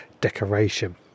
decoration